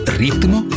ritmo